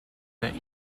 that